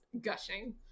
gushing